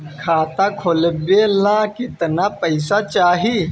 खाता खोलबे ला कितना पैसा चाही?